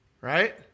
Right